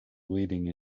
leading